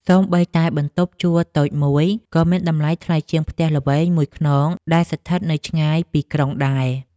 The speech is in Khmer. សូម្បីតែបន្ទប់ជួលតូចមួយក៏មានតម្លៃថ្លៃជាងផ្ទះល្វែងមួយខ្នងដែលស្ថិតនៅឆ្ងាយពីក្រុងដែរ។